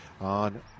on